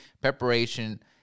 preparation